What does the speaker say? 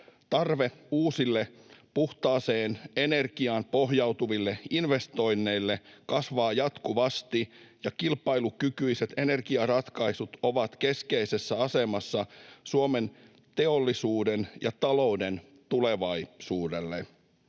Tarve uusille puhtaaseen energiaan pohjautuville investoinneille kasvaa jatkuvasti, ja kilpailukykyiset energiaratkaisut ovat keskeisessä asemassa Suomen teollisuuden ja talouden tulevaisuuden